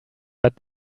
but